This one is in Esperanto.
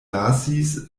lasis